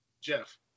Jeff